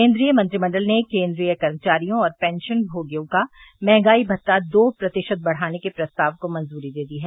केन्द्रीय मंत्रिमंडल ने केन्द्रीय कर्मचारियों और पेंशनमोगियों का मंहगाई भत्ता दो प्रतिशत बढ़ाने के प्रस्ताव को मंजूरी दे दी है